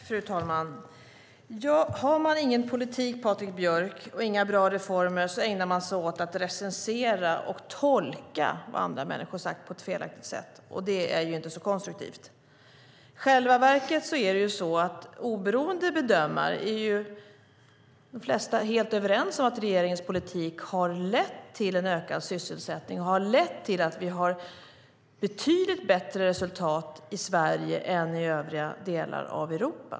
Fru talman! Har man ingen politik, Patrik Björck, och inga bra reformer ägnar man sig åt att recensera och tolka vad andra människor har sagt på ett felaktigt sätt. Det är inte så konstruktivt. I själva verket är det så att de flesta oberoende bedömare är helt överens om att regeringens politik har lett till en ökad sysselsättning och till att vi har betydligt bättre resultat i Sverige än i övriga delar av Europa.